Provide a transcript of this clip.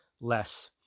less